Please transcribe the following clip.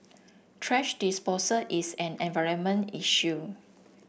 thrash disposal is an environmental issue